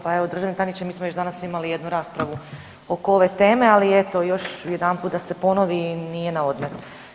Pa evo državni tajniče mi smo već danas imali jednu raspravu oko ove teme, ali eto još jedanput da se ponovi nije na odmet.